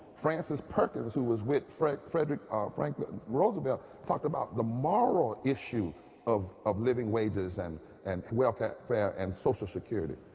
francis perkins who was with franklin ah franklin roosevelt talked about the moral issue of of living wages and and welfare and social security.